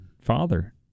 father